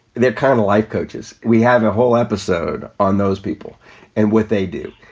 that kind of life coaches, we have a whole episode on those people and what they do,